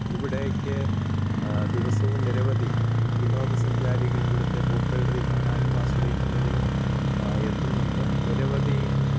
ഇവിടേക്ക് ദിവസവും നിരവധി വിനോദസഞ്ചാരികൾ ഇവിടത്തെ ഭൂപ്രകൃതി കാണാനും ആസ്വദിക്കുന്നതിനും എത്തുന്നുണ്ട് നിരവധി